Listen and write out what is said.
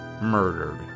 murdered